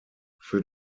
für